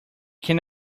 can